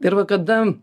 ir va kada